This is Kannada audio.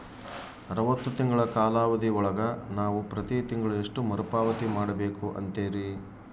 ಅರವತ್ತು ತಿಂಗಳ ಕಾಲಾವಧಿ ಒಳಗ ನಾವು ಪ್ರತಿ ತಿಂಗಳು ಎಷ್ಟು ಮರುಪಾವತಿ ಮಾಡಬೇಕು ಅಂತೇರಿ?